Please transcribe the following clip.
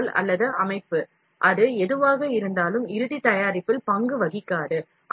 துணை பொருள் அல்லது அமைப்பு அது எதுவாக இருந்தாலும் இறுதி தயாரிப்பில் பங்கு வகிக்காது